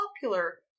popular